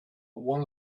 one